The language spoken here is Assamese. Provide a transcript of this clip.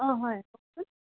অঁ হয় কওকচোন